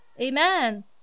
Amen